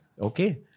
Okay